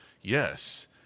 Yes